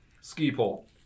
Ski-pole